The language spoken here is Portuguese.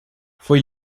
foi